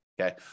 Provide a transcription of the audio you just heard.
okay